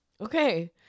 Okay